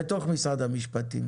בתוך משרד המשפטים,